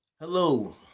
Hello